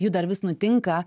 jų dar vis nutinka